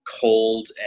cold